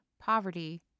poverty